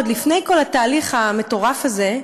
עוד לפני כל התהליך המטורף הזה,